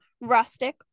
Rustic